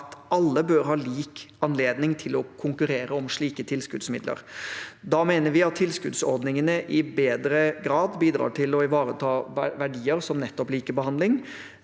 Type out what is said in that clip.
alle bør ha lik anledning til å konkurrere om slike tilskuddsmidler. Da mener vi at tilskuddsordningene i større grad bidrar til å ivareta verdier som nettopp likebehandling.